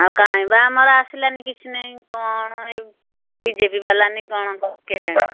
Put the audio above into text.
ଆଉ କାଇଁବା ଆମର ଆସିଲାନି କିଛି ନାହିଁ କଣ ଏଇ ବିଜେପି ବାଲା କ'ଣ କରିବେ କେଜାଣି